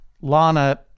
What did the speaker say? Lana